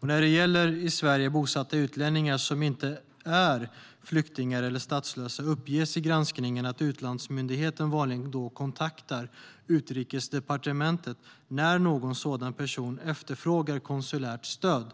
När det gäller i Sverige bosatta utlänningar som inte är flyktingar eller statslösa uppges i granskningen att utlandsmyndigheten vanligen kontaktar Utrikesdepartementet när någon sådan person efterfrågar konsulärt stöd.